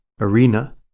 arena